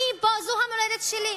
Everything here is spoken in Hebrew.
אני פה, זו המולדת שלי.